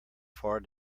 far